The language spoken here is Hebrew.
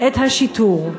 את השיטור.